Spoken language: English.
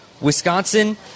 Wisconsin